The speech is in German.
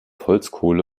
holzkohle